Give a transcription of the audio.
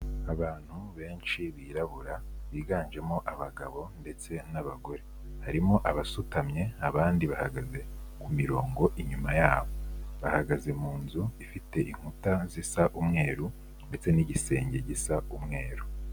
Abantu benshi birabura biganjemo abagabo ndetse n'abagore, harimo abasutamye abandi bahagaze ku mirongo inyuma yabo, bahagaze mu nzu ifite inkuta zisa umweru ndetse n'igisenge gisa umweru.